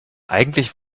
eigentlich